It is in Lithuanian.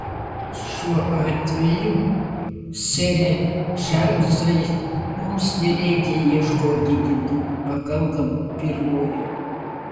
šiuo atveju sere čarlzai mums nereikia ieškoti kitų pakanka pirmojo